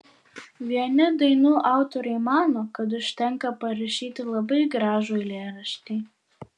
vieni dainų autoriai mano kad užtenka parašyti labai gražų eilėraštį